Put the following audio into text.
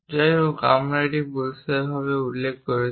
যাই হোক আমরা এটি পরিষ্কারভাবে উল্লেখ করছি